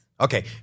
Okay